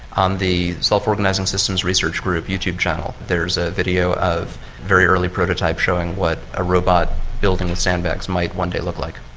um the self organising systems research group youtube channel, there is a video of a very early prototype showing what a robot building with sandbags might one day look like.